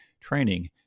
training